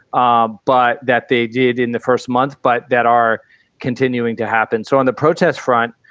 ah but that they did in the first month but that are continuing to happen. so on the protest front,